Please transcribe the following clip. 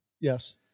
Yes